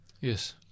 Yes